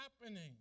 happening